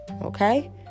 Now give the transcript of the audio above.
okay